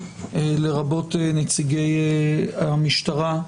לרבות נציגי המשטרה,